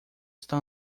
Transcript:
está